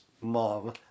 mom